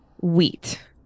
wheat